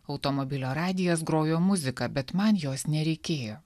automobilio radijas grojo muziką bet man jos nereikėjo